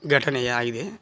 ಘಟನೆಯಾಗಿದೆ